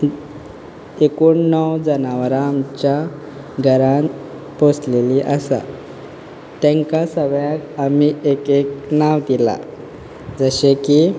ती एकूण णव जनावरां आमच्या घरान पोसलेली आसा तांकां सगळ्यांक आमी एक एक नांव दिलां जशें की